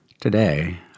today